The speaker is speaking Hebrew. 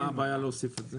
מה הבעיה להוסיף את זה?